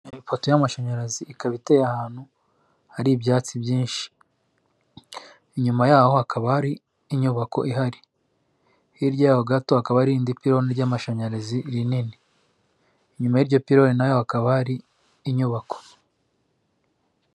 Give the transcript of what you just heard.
Ipoto y'amashanyarazi ikaba iteye ahantu hari ibyatsi byinshi. Inyuma yaho hakaba hari inyubako ihari, hirya yaho gato hakaba hari indi piloni ry'amashanyarazi rinini. Inyuma y'iryo pironi naho hakaba hari inyubako.